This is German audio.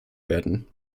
werden